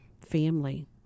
family